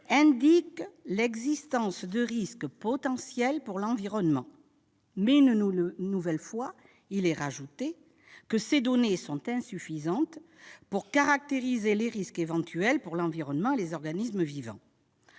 indiquent l'existence de risques potentiels pour l'environnement ». Mais, une nouvelle fois, elle ajoute que « ces données sont insuffisantes pour caractériser les risques éventuels pour l'environnement et les organismes vivants